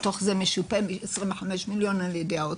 מתוך זה משופה 25 מיליון ע"י האוצר.